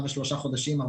שנה ושלושה חודשים האחרונים,